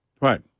Right